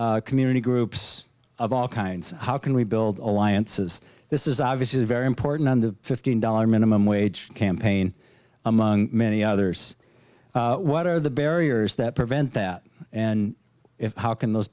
groups community groups of all kinds how can we build alliances this is obviously very important on the fifteen dollar minimum wage campaign among many others what are the barriers that prevent that and how can those